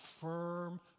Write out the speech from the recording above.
firm